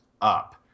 up